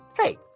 Hey